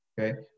okay